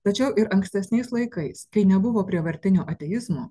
tačiau ir ankstesniais laikais kai nebuvo prievartinio ateizmo